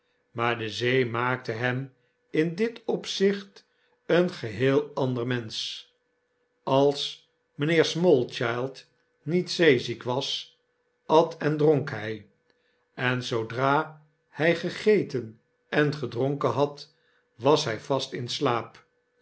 maar de zee maakte hem in dit opzicht een geheel ander mensch als mynheer smallchild niet zeeziek was at en dronk hy en zoodra hy gegeten en gedronken had was hy vast in slaap